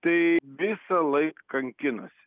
tai visąlaik kankinosi